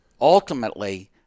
Ultimately